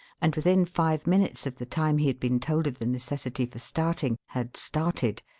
and within five minutes of the time he had been told of the necessity for starting, had started,